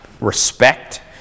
respect